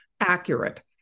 accurate